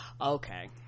okay